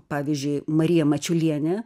pavyzdžiui marija mačiulienė